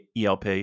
ELP